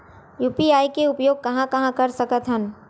UPI के उपयोग कहां कहा कर सकत हन?